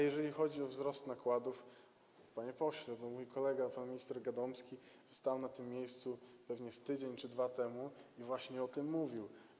Jeżeli chodzi o wzrost nakładów, panie pośle, mój kolega pan minister Gadomski stał na tym miejscu pewnie tydzień czy dwa tygodnie temu i właśnie o tym mówił.